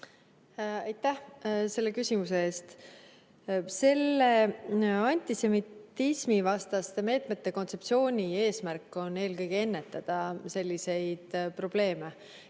Aitäh selle küsimuse eest! Selle antisemitismivastaste meetmete kontseptsiooni eesmärk on eelkõige ennetada selliseid probleeme.